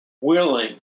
willing